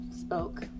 spoke